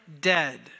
dead